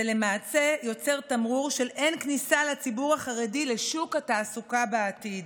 זה למעשה יוצר תמרור של אין כניסה לציבור החרדי לשוק התעסוקה בעתיד.